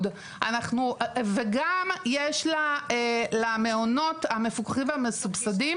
וגם יש למעונות המפוקחים והמסובסדים,